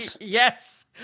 Yes